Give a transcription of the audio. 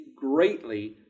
greatly